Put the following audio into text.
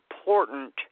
important